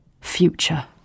future